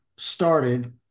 started